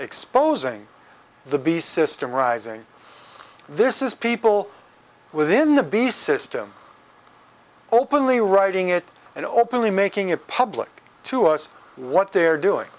exposing the beast system arising this is people within the beast system openly writing it and openly making it public to us what they're doing